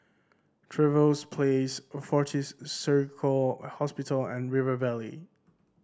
Trevose Place Fortis Surgical Hospital and River Valley